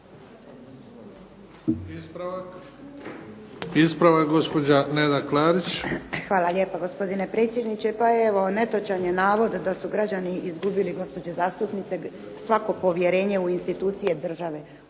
**Klarić, Nedjeljka (HDZ)** Hvala lijepa gospodine predsjedniče. Pa evo netočan je navod da su građani izgubili, gospođo zastupnice, svako povjerenje u institucije države.